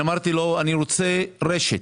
אני אמרתי לו שאני רוצה רשת,